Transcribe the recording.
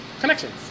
connections